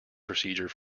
procedure